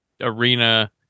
arena